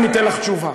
אני אתן לך תשובה.